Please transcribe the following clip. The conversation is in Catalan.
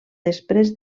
després